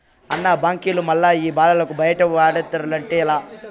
అన్న, బాంకీల మల్లె ఈ బాలలకు బయటి వాటాదార్లఉండేది లా